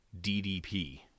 DDP